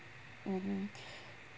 mmhmm